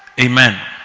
Amen